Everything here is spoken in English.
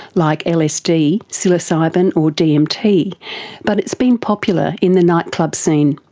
like lsd, psylocibin or dmt but it's been popular in the nightclub scene.